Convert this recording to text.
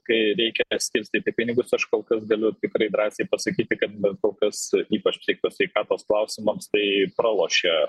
kai reikia skirstyti pinigus aš kol kas galiu tikrai drąsiai pasakyti kad bet kol kas ypač tiktų sveikatos klausimams tai pralošia